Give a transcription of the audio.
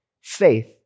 faith